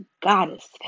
goddess